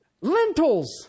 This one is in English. Lentils